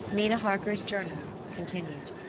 mina harker's journal continued.